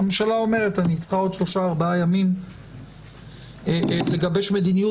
כשהממשלה אומרת: אני צריכה עוד שלושה-ארבעה ימים כדי לגבש מדיניות,